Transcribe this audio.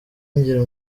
ngira